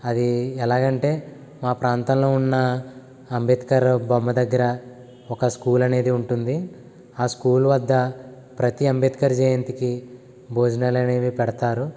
అది ఎలాగ అంటే మా ప్రాంతంలో ఉన్న అంబేద్కర్ రావు బొమ్మ దగ్గర ఒక స్కూల్ అనేది ఉంటుంది ఆ స్కూల్ వద్ద ప్రతి అంబేద్కర్ జయంతికి భోజనాలు అనేవి పెడతారు